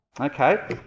Okay